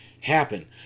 happen